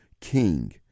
king